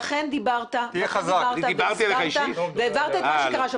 ואכן דיברת, והסברת והבהרת את מה שקרה שם.